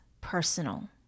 personal